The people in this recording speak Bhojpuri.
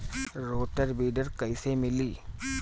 रोटर विडर कईसे मिले?